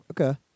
Okay